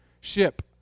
ship